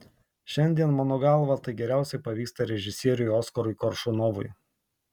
šiandien mano galva tai geriausiai pavyksta režisieriui oskarui koršunovui